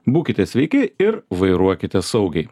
būkite sveiki ir vairuokite saugiai